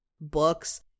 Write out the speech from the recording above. books